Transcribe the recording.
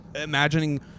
imagining